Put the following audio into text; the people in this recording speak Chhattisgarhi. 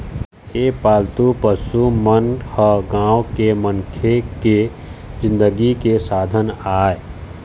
ए पालतू पशु मन ह गाँव के मनखे के जिनगी के साधन आय